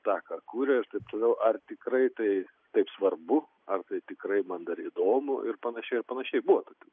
tą ką kuria ir taip toliau ar tikrai tai taip svarbu ar tai tikrai man dar įdomu ir panašiai ir panašiai buvo tokių